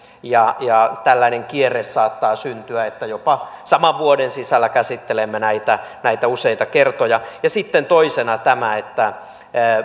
ja tällainen kierre saattaa syntyä että jopa saman vuoden sisällä käsittelemme näitä näitä useita kertoja sitten toisena tämä että